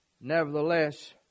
Nevertheless